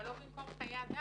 אבל לא במקום חיי אדם.